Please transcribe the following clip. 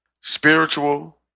Spiritual